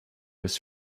his